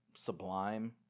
Sublime